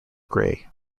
grey